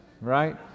right